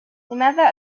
لماذا